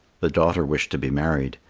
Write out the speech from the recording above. the daughter wished to be married,